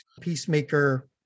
Peacemaker